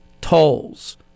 tolls